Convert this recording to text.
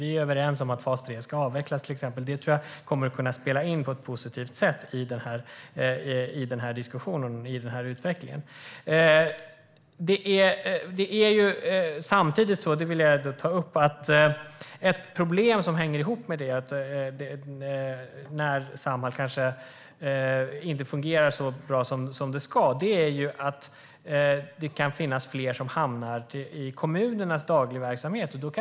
Vi är till exempel överens om att fas 3 ska avvecklas, och det tror jag kommer att spela in på ett positivt sätt i denna diskussion och utveckling. Ett problem när Samhall inte fungerar så bra som det ska är att det kan finnas fler som hamnar i kommunal daglig verksamhet.